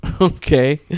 Okay